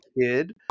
kid